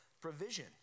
provision